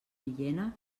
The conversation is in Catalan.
villena